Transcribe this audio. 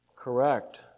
correct